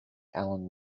allen